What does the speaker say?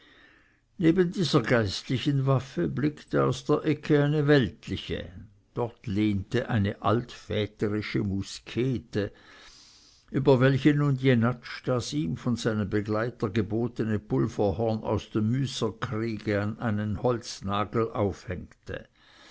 neben dieser geistlichen waffe blickte aus der ecke eine weltliche dort lehnte eine altväterische muskete über welche nun jenatsch das ihm von seinem begleiter gebotene pulverhorn aus dem müsserkriege an einen holznagel aufhängte